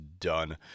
done